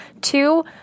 Two